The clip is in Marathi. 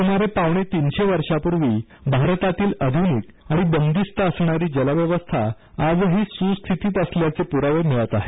सुमारे पावणे तीनशे वर्षांपूर्वी भारतातील आधुनिक आणि बंदिस्त असणारी व्यवस्था आजही सुस्थितीत असल्याचे पुरावे मिळत आहेत